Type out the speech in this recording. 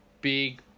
big